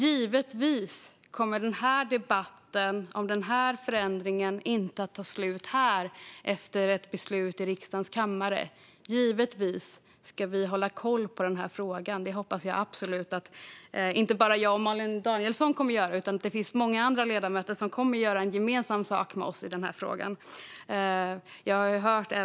Givetvis kommer debatten om den här förändringen inte att ta slut här, efter ett beslut i riksdagens kammare. Givetvis ska vi hålla koll på den här frågan. Det hoppas jag absolut att inte bara jag och Malin Danielsson kommer att göra, utan jag hoppas att också många andra ledamöter kommer att göra gemensam sak med oss i den här frågan.